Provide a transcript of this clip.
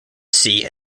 sea